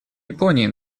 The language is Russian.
японии